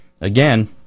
again